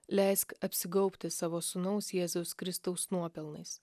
leisk apsigaubti savo sūnaus jėzaus kristaus nuopelnais